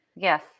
Yes